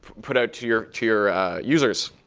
put out to your to your users.